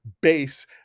base